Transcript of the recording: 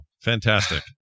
fantastic